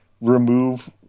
remove